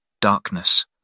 darkness